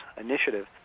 initiative